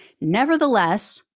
Nevertheless